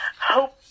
Hope